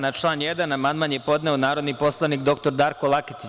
Na član 1. amandman je podneo narodni poslanik dr Darko Laketić.